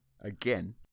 again